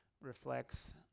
reflects